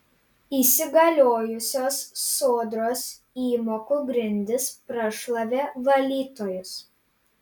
įsigaliojusios sodros įmokų grindys prašlavė valytojus